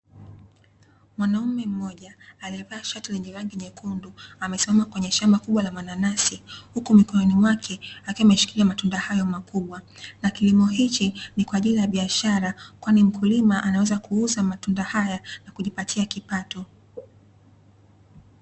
Mwanaume mmoja aliyevaa shati lenye rangi nyekundu, amesimama kwenye shamba kubwa la mananasi, huku mikononi mwake akiwa ameshikilia matunda hayo makubwa. Na kilimo hichi ni kwa ajili ya biashara kwani mkulima anaweza kuuza matunda haya na kujipatia kipato.